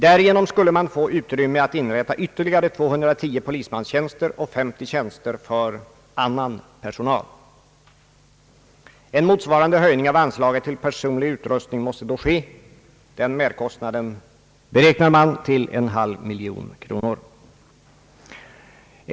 Därigenom skulle man få möjlighet att inrätta ytterligare 210 polismanstjänster och 50 tjänster för annan personal. En motsvarande höjning av anslaget till personlig utrustning måste då ske. Den merkostnaden beräknar man till en halv miljon kronor.